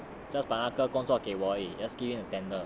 just 把那个工作给